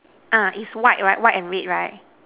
ah is white right white and red right